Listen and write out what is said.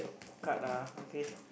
card ah okay